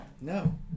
no